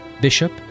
Bishop